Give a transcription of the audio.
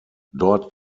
dort